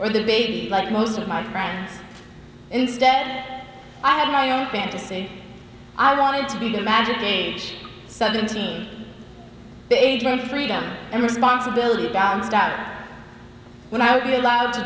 or the baby like most of my friends instead i had my own fantasy i wanted to be the magic age seventy the age when freedom and responsibility balanced out when i would be allowed to